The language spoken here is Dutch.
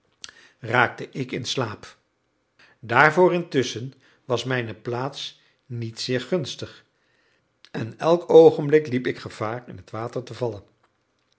raakte ik in slaap daarvoor intusschen was mijne plaats niet zeer gunstig en elk oogenblik liep ik gevaar in het water te vallen